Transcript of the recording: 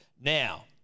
Now